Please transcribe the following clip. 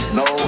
no